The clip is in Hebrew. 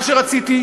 מה שרציתי,